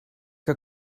que